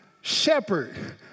shepherd